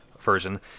Version